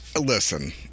listen